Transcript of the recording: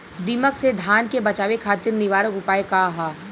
दिमक से धान के बचावे खातिर निवारक उपाय का ह?